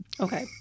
Okay